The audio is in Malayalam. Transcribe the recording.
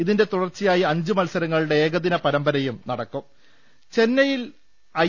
ഇതിന്റെ തുടർച്ചയായി അഞ്ച് മത്സരങ്ങളുടെ ഏകദിന പരമ്പരയും നടക്കും ചെന്നൈയിൽ ഐ